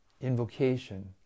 invocation